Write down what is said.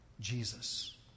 Jesus